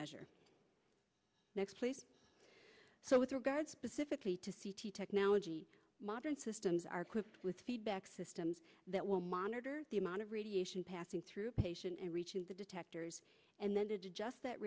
measure next please so with regards pacifically to c t technology modern systems are equipped with feedback systems that will monitor the amount of radiation passing through patient and reaching the detectors and then to do just that